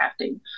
crafting